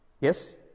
Yes